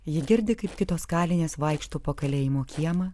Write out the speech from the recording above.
ji girdi kaip kitos kalinės vaikšto po kalėjimo kiemą